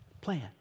plan